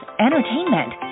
entertainment